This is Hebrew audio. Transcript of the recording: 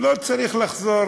לא צריך לחזור